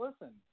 listen